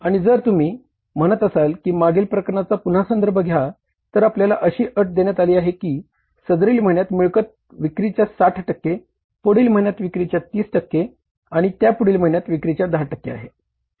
आणि जर तुम्ही म्हणत असताल की मागील प्रकरणाचा पुन्हा संदर्भ घ्या तर आपल्याला अशी अट देण्यात आली आहे की सदरील महिन्यात मिळकत विक्रीच्या 60 टक्के पुढील महिन्यात विक्रीच्या 30 टक्के आणि त्यापुढील महिन्यात विक्रीच्या 10 टक्के आहे